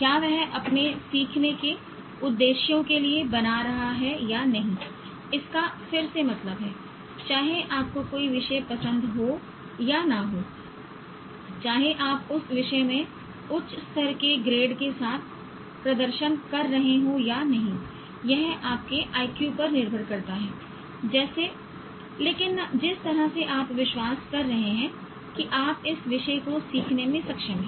क्या वह अपने सीखने के उद्देश्यों के लिए बना रहा है या नहीं इसका फिर से मतलब है चाहे आपको कोई विषय पसंद हो या न हो चाहे आप उस विषय में उच्च स्तर के ग्रेड के साथ प्रदर्शन कर रहे हों या नहीं यह आपके आईक्यू पर निर्भर करता है जैसे लेकिन जिस तरह से आप विश्वास कर रहे हैं कि आप इस विषय को सीखने में सक्षम हैं